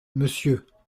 monsieur